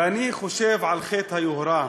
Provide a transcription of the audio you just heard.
ואני חושב על חטא היוהרה,